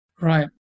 Right